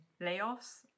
layoffs